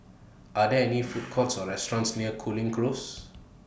Are There any Food Courts Or restaurants near Cooling Close